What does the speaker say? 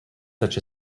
such